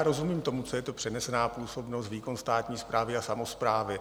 Rozumím tomu, co je to přenesená působnost, výkon státní správy a samosprávy.